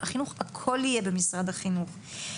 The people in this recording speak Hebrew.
הכל יהיה במשרד החינוך.